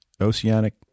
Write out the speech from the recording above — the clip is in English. oceanic